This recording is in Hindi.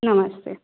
नमस्ते